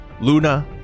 Luna